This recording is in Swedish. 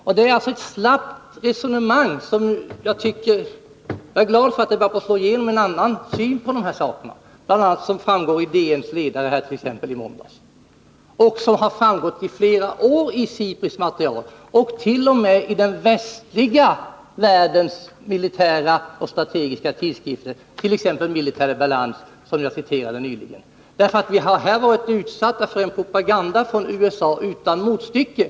Jag är glad för att vad som framgått i flera år av SIPRI:s material nu börjar slå igenom i form av en annan syn på de här sakerna, vilket bl.a. framgår av DN:s ledare i måndags och t.o.m. i den västliga världens militärstrategiska tidskrifter, t.ex. Military balance, som jag citerade nyligen. Vi har varit utsatta för en propaganda från USA utan motstycke.